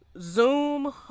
Zoom